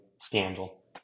scandal